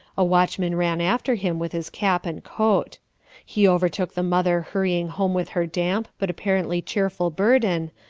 a watchman ran after him with his cap and coat he overtook the mother hurrying home with her damp, but apparently cheerful burden,